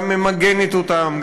גם ממגנת אותם,